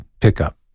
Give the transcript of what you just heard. pickup